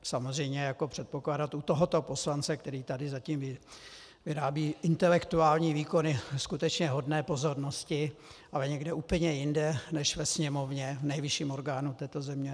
Samozřejmě předpokládat u tohoto poslance, který tady zatím vyrábí intelektuální výkony skutečně hodné pozornosti, ale někde úplně jinde než ve Sněmovně, nejvyšším orgánu této země...